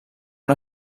una